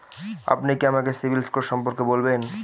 আপনি কি আমাকে সিবিল স্কোর সম্পর্কে বলবেন?